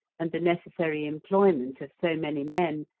and the necessary employment of so many men,